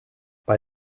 bei